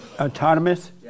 Autonomous